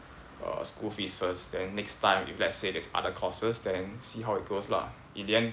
err school fees first then next time if let's say there's other courses then see how it goes lah in the end